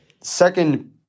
Second